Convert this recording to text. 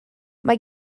mae